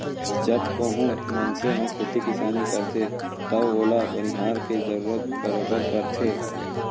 जब कोहूं मनसे ह खेती किसानी करथे तव ओला बनिहार के जरूरत बरोबर परथे